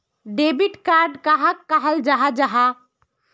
Debit card कहाक कहाल जाहा जाहा?